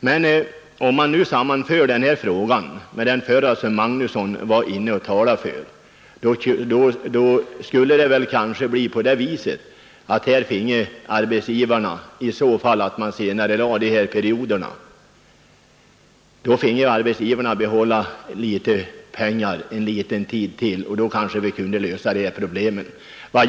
Men om denna fråga ses mot bakgrunden av den som herr Magnusson i Borås talade om, så skulle ju arbetsgivarna, om man senarelade skattebetalningen för alla, få behålla litet pengar ytterligare en tid och då kanske vi kunde lösa det ersättningsproblemet också.